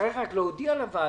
תצטרך רק להודיע לוועדה,